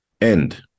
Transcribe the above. end